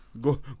Go